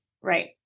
Right